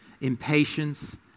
impatience